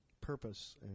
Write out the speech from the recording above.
purpose